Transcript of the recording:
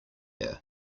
air